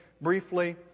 briefly